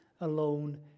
alone